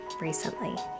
recently